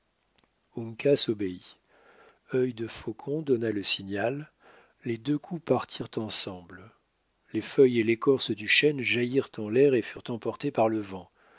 obéit œil de faucon donna le signal les deux coups partirent ensemble les feuilles et l'écorce du chêne jaillirent en l'air et furent emportées par le vent